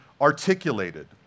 articulated